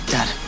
Dad